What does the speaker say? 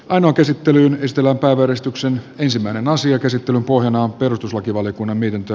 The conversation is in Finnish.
aino käsittelyyn ystävä valistuksen ensimmäinen asia käsittelyn pohjana on perustuslakivaliokunnan mietintö